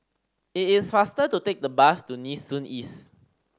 it is faster to take the bus to Nee Soon East